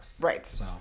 Right